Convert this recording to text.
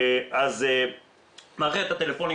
דיברנו על מערכת הטלפונים,